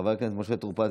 חבר הכנסת משה טור פז,